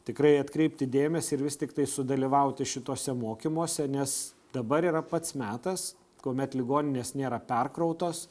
tikrai atkreipti dėmesį ir vis tiktai sudalyvauti šituose mokymuose nes dabar yra pats metas kuomet ligoninės nėra perkrautos